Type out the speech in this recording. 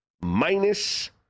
minus